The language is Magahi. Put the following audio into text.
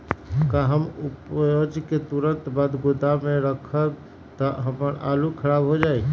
का हम उपज के तुरंत बाद गोदाम में रखम त हमार आलू खराब हो जाइ?